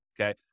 okay